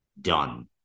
done